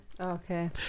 Okay